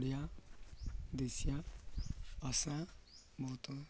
ଓଡ଼ିଆ ଦେଶିଆ ଆସା ବହୁତ